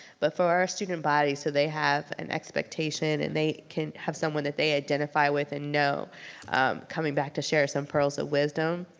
but for our student body so they have an expectation and they can have someone that they identify with and know coming back to share some pearls of wisdom.